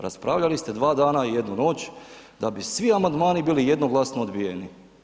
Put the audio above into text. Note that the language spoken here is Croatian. Raspravljali ste dva dana i jednu noć da bi svi amandmani bili jednoglasni odbijeni.